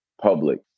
public